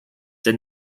did